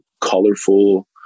colorful